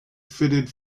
fitted